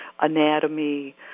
anatomy